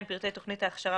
פרטי תוכנית ההכשרה,